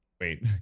Wait